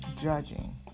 judging